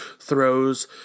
throws